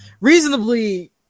reasonably